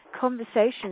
conversations